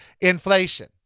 inflation